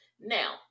Now